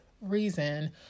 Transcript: reason